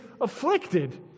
afflicted